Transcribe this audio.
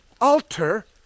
alter